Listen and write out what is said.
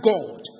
God